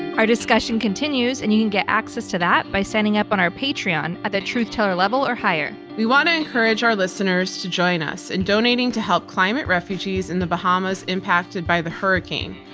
our discussion continues, and you can get access to that by standing up on our patreon at the truth teller level or higher. we want to encourage our listeners to join us in donating to help climate refugees in the bahamas impacted by the hurricane.